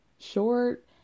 Short